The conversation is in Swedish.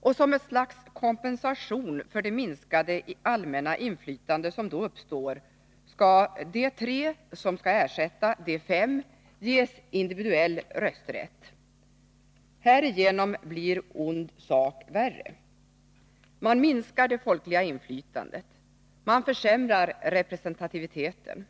och som ett slags kompensation för det minskade allmänna inflytande som då uppstår skall de tre som skall ersätta de fem ges individuell rösträtt. Härigenom blir ond sak värre. Man minskar det folkliga inflytandet. Man försämrar representativiteten.